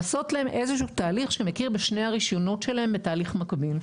לעשות להם איזשהו תהליך שמכיר בשני הרישיונות שלהם בתהליך מקביל.